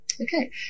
Okay